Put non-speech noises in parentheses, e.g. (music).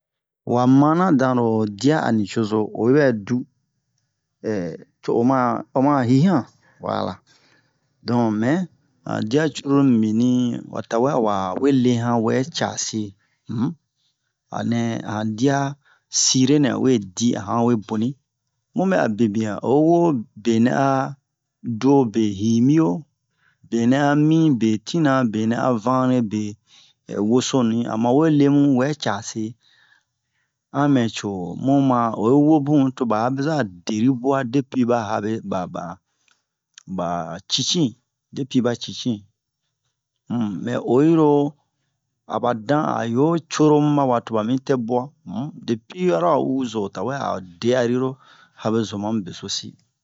wa mana danro diya o nucozo oyibɛ du (hesitation) to o ma oma hi han wala donk mɛ han diya curulu mibinni wa tawɛ a wa we lee han wɛ case um a nɛ a han diya sirenɛ o we di a han we boni muɓɛ a bebiyan o wo benɛ a duwo be hinbiyo benɛ a mi be tina benɛ a vanle be (hesitation) wɔsoni ama we lee ama we lee mu wɛ case a mɛ co muma o wo bun to ɓa habeza deri buwa depi ɓa habe- ɓa ɓa ɓa cici depi ɓa cici um mɛ oyiro aba dan a yo curomu ɓawa to ɓa mi tɛ buwa um depi aro a u'uzo o tawɛ a o de'ariro habezo mamu besosi